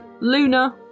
Luna